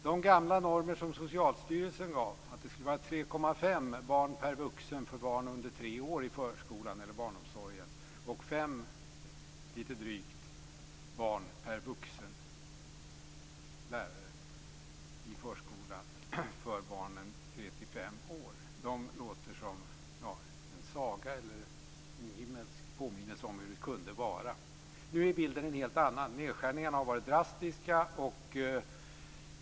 De gamla normerna som Socialstyrelsen gav att det skulle vara 3,5 barn per vuxen för barn under tre års ålder i förskolan eller barnomsorgen och lite drygt fem barn per vuxen lärare i förskolan för barn i åldern 3-5 år låter som en saga eller en himmelsk påminnelse om hur det kunde vara. Nu är bilden en helt annan. Nedskärningarna har varit drastiska.